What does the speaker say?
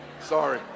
Sorry